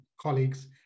colleagues